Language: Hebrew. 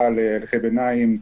בציבור.